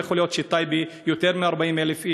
לא יכול להיות שטייבה, יותר מ-40,000 איש,